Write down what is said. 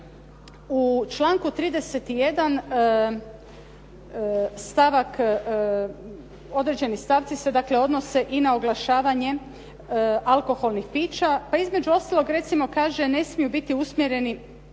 stavak, određeni stavci se dakle odnose i na oglašavanje alkoholnih pića, pa između ostalog recimo kaže ne smiju biti usmjereni